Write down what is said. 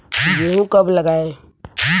गेहूँ कब लगाएँ?